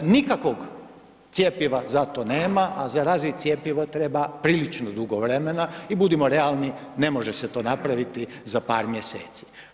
Nikakvog cjepiva za to nema, a zarazi cjepivo treba prilično dugo vremena i budimo realni ne može se to napraviti za par mjeseci.